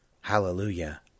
Hallelujah